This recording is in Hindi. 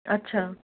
अच्छा